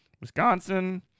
wisconsin